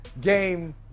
game